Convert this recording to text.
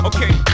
Okay